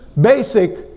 Basic